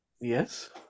Yes